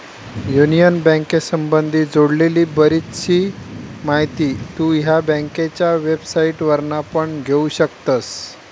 union बँकेसंबधी जोडलेली बरीचशी माहिती तु ह्या बँकेच्या वेबसाईटवरना पण घेउ शकतस